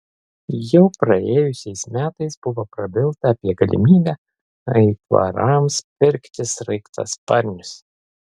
jau praėjusiais metais buvo prabilta apie galimybę aitvarams pirkti sraigtasparnius